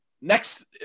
next